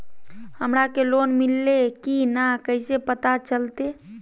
हमरा के लोन मिल्ले की न कैसे पता चलते?